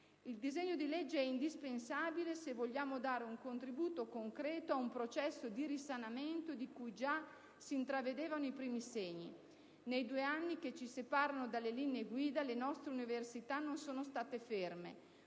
Il disegno di legge è indispensabile se vogliamo dare un contributo concreto ad un processo di risanamento di cui già si intravedevano i primi segni. Nei due anni che ci separano dalle linee guida, le nostre università non sono state ferme.